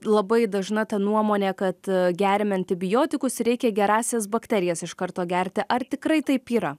labai dažna ta nuomonė kad geriame antibiotikus reikia gerąsias bakterijas iš karto gerti ar tikrai taip yra